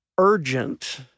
urgent